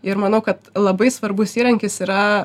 ir manau kad labai svarbus įrankis yra